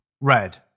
Red